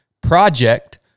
project